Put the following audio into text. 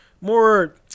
more